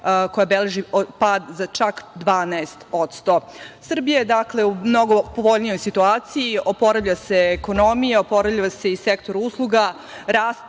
koja beleži pad za čak 12%.Srbija je, dakle, u mnogo povoljnijoj situaciji, oporavlja se ekonomija, oporavlja se i sektor usluga,